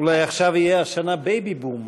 אולי עכשיו יהיה השנה "בייבי בום",